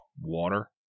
water